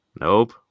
Nope